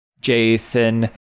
Jason